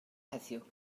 heddiw